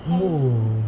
moon